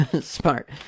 smart